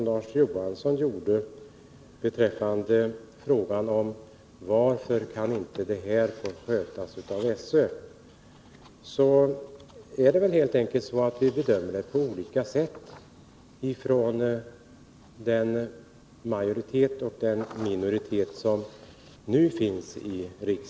Larz Johansson citerade och frågade varför skolöverstyrelsen inte kan få sköta det här. Det är väl helt enkelt så, att riksdagens majoritet och minoritet nu bedömer saken olika.